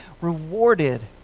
rewarded